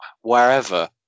wherever